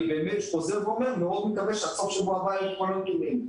אני חוזר ואומר שאני מקווה שעד סוף השבוע הבא יהיו כל הנתונים.